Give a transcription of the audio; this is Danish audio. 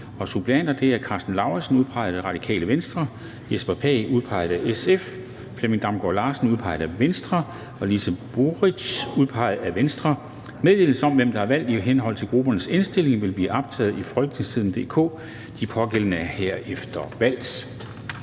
V) Suppleanter: 1. Karsten Lauritsen (udpeget af RV) 2. Jesper Pagh (udpeget af SF) 3. Flemming Damgaard Larsen (udpeget af V) 4. Lise Buchreitz (udpeget af V) Meddelelse om, hvem der er valgt i henhold til gruppernes indstilling, vil blive optaget i www.folketingstidende.dk. De pågældende er herefter valgt.